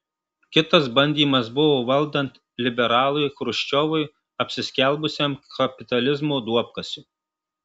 kitas bandymas buvo valdant liberalui chruščiovui apsiskelbusiam kapitalizmo duobkasiu